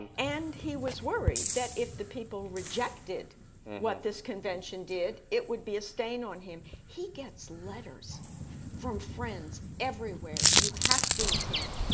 and and he was worried that if the people rejected what this convention did it would be a stain on him. he gets letters from friends everywhere, you have to attend,